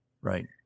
Right